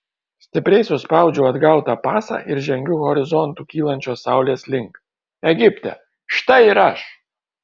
stipriai suspaudžiu atgautą pasą ir žengiu horizontu kylančios saulės link egipte štai ir aš